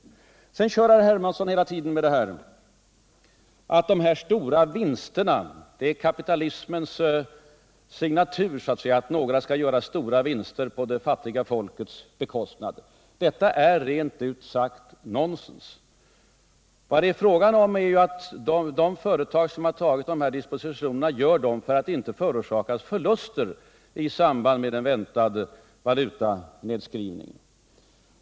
Sedan upprepar herr Hermansson hela tiden att vinsterna är kapitalismens signatur. Några gör stora vinster på det fattiga folkets bekostnad, påstår han. Detta är rent ut sagt nonsens. De företag som gör dessa dispositioner vidtar dem för att inte förorsakas förluster i samband med en väntad valutanedskrivning.